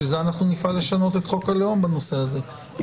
לכן נפעל לשנות את חוק הלאום בנושא הזה.